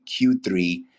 Q3